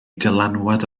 dylanwad